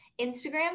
Instagram